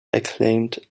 acclaimed